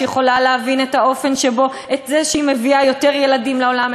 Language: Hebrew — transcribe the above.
שיכולה להבין את זה שהיא מביאה יותר ילדים לעולם,